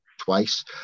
twice